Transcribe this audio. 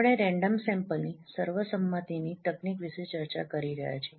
આપણે રેન્ડમ સેમ્પલની સર્વસંમતિની તકનીક વિશે ચર્ચા કરી રહ્યા છીએ